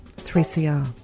3CR